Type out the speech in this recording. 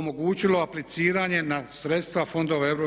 omogućilo apliciranje na sredstva fondova EU.